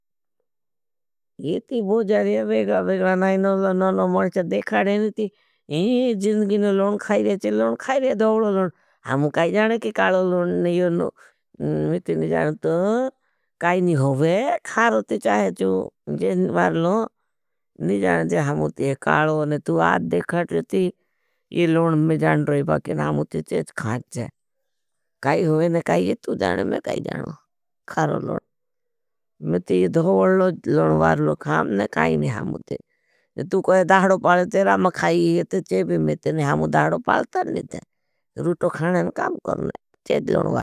ये ती बोजारे, वेग्राणाई वेग्राणाई नौनौनौनौनौनौनौनौनौनौ मु आंच देखाईल की टी। ही ही ही जिंदगी लोन खाइले लोन खाइले जो दो लोन। हम का जाइने की काड़ो लोन ये नो। मिटी नी जानो तो कायी ना होवे खरतो चाहे जो जेईन वारलो नी जाने ते हमुते के काड़ो उने तो आज देखत होती। ये लोन वाके नाम होती चे खाइत जे। काये होवे ना का ये तो ये जाड़े मे काये जाड़ो खाड़ो लोन । मैं तो यह धोगड लोन काये नहीं मु ते। तू कोहे दाहड़ो पड़े तेरा मखाई ते चे मेती हमायू दहाड़े पाल टी ने ते। रोटो खाड़े काम ना करड़े चेदलें वाड़ो ।